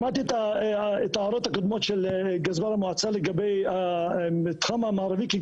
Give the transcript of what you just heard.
שמעתי את ההערות הקודמות של גזבר המועצה לגבי המתחם המערבי.